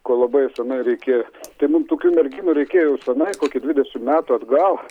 ko labai senai reikė tai mum tokių merginų reikėjo jau senai kokį dvidešimt metų atgal